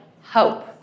hope